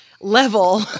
level